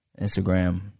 Instagram